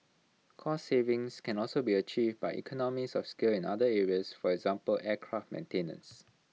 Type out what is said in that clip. cost savings can also be achieved by economies of scale in other areas for example aircraft maintenance